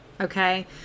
Okay